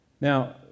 Now